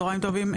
צוהריים טובים,